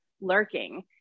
lurking